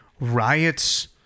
riots